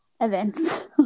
events